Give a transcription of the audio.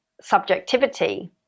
subjectivity